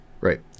Right